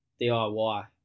diy